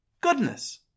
Goodness